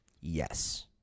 yes